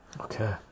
Okay